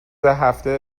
هفته